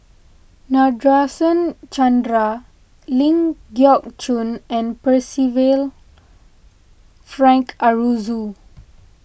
Nadasen Chandra Ling Geok Choon and Percival Frank Aroozoo